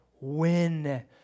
Win